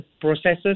processes